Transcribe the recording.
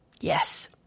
Yes